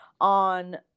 on